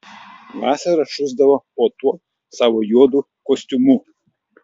vasarą šusdavo po tuo savo juodu kostiumu